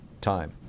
time